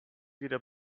wieder